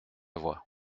voix